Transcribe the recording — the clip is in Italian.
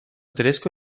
tedesco